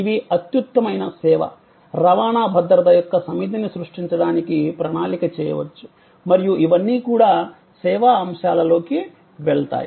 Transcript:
ఇవి అత్యుత్తమమైన సేవ రవాణా భద్రత యొక్క సమితిని సృష్టించడానికి ప్రణాళిక చేయవచ్చు మరియు ఇవన్నీ కూడా సేవా అంశాలలోకి వెళ్తాయి